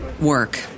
work